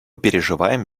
переживаем